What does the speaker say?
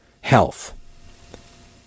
health